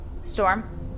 Storm